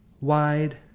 wide